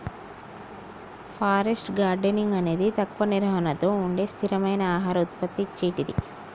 forest gardening అనేది తక్కువ నిర్వహణతో ఉండే స్థిరమైన ఆహార ఉత్పత్తి ఇచ్చేటిది